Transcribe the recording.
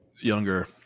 younger